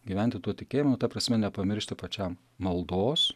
gyventi tuo tikėjimu ta prasme nepamiršti pačiam maldos